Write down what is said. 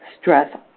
Stress